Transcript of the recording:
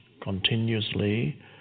continuously